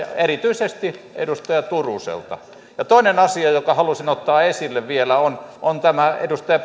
sanomaansa erityisesti edustaja turuselta toinen asia jonka halusin ottaa esille vielä on on tämä edustaja